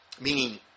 meaning